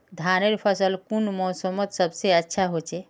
धानेर फसल कुन मोसमोत सबसे अच्छा होचे?